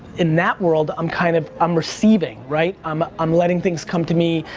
in that world i'm kind of, i'm receiving, right? um i'm letting things come to me.